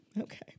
Okay